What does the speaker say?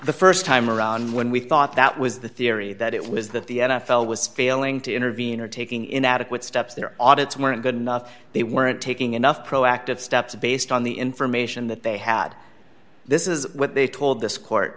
the st time around when we thought that was the theory that it was that the n f l was failing to intervene or taking inadequate steps their audits weren't good enough they weren't taking enough proactive steps based on the information that they had this is what they told this court